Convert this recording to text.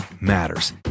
matters